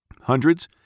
Hundreds